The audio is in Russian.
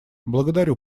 благодарю